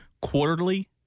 Quarterly